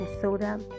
soda